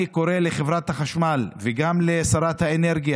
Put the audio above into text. אני קורא לחברת החשמל וגם לשרת האנרגיה,